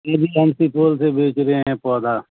یہ بھی ہم سپول سے بیچ رہے ہیں پودھا